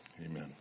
Amen